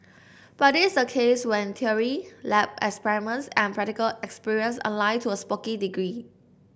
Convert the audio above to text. but this is a case when theory lab experiments and practical experience align to a spooky degree